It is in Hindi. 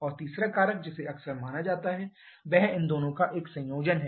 और तीसरा कारक जिसे अक्सर माना जाता है वह इन दोनों का एक संयोजन है